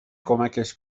کمکش